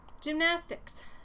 Gymnastics